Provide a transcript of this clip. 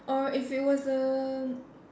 or if it was a